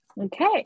Okay